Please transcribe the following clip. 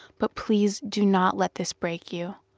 but please do not let this break you.